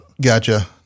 Gotcha